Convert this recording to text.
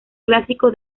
clásico